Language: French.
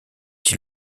dit